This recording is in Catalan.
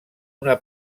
una